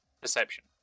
Perception